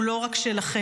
הוא לא רק שלכם,